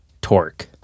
torque